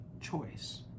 choice